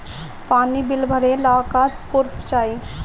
पानी बिल भरे ला का पुर्फ चाई?